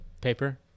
Paper